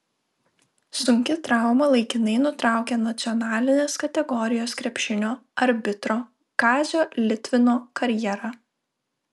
sunki trauma laikinai nutraukė nacionalinės kategorijos krepšinio arbitro kazio litvino karjerą